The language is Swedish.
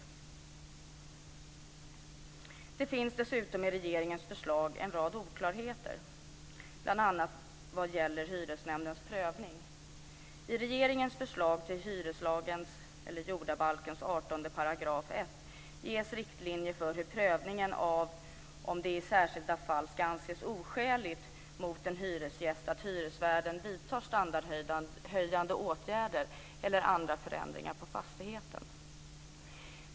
Dessutom finns det en rad oklarheter i regeringens förslag, bl.a. vad gäller hyresnämndens prövning. I regeringens förslag till 18 f § hyreslagen ges riktlinjer för prövningen av om det i särskilda fall ska anses oskäligt mot en hyresgäst att hyresvärden vidtar standardhöjande åtgärder eller andra förändringar på fastigheten.